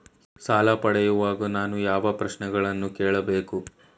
ಸಾಲ ಪಡೆಯುವಾಗ ನಾನು ಯಾವ ಪ್ರಶ್ನೆಗಳನ್ನು ಕೇಳಬೇಕು?